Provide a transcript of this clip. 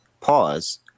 pause